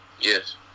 yes